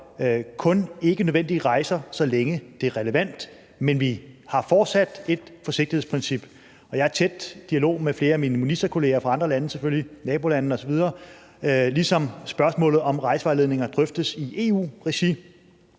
kun ikkenødvendige rejser, så længe det er relevant. Men vi har fortsat et forsigtighedsprincip. Jeg er i tæt dialog med flere af mine ministerkolleger, fra andre lande selvfølgelig, nabolandene osv., ligesom spørgsmålet om rejsevejledninger drøftes i EU-regi.